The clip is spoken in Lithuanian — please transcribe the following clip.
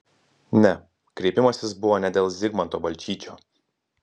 ne kreipimasis buvo ne dėl zigmanto balčyčio